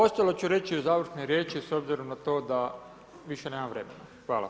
Ostalo ću reći u završnoj riječi s obzirom na to da više nemam vremena.